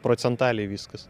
procentaliai viskas